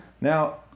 Now